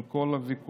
עם כל הוויכוחים,